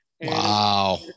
Wow